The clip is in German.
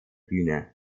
bühne